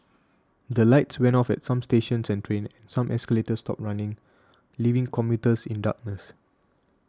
the lights went off at some stations and trains and some escalators stopped running leaving commuters in darkness